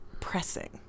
Pressing